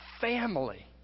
family